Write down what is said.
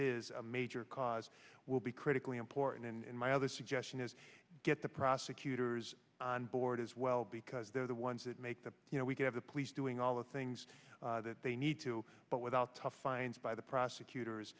is a major cause will be critically important and my other suggestion is get the prosecutors on board as well because they're the ones that make the you know we give the police doing all the things that they need to but without tough fines by the